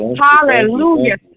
Hallelujah